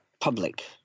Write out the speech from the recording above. public